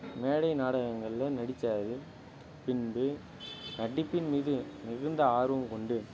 மேடை நாடங்களில் நடிச்சார் பின்பு நடிப்பின் மீது மிகுந்த ஆர்வம் கொண்டு